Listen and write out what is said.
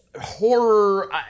horror